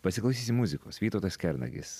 pasiklausysim muzikos vytautas kernagis